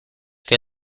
que